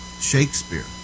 Shakespeare